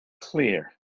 clear